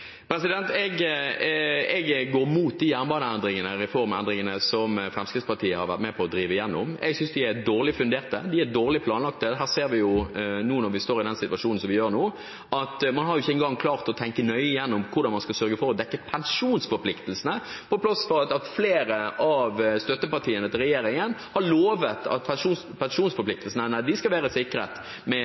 Jeg går imot de jernbaneendringene, reformendringene, som Fremskrittspartiet har vært med på å drive gjennom. Jeg synes de er dårlig fundert, og de er dårlig planlagt. Her ser vi jo, når vi står i den situasjonen som vi gjør nå, at man har ikke engang klart å tenke nøye gjennom hvordan man skal sørge for å dekke pensjonsforpliktelsene, til tross for at flere av støttepartiene til regjeringen har lovet at pensjonsforpliktelsene skal være sikret med